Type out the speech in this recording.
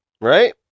right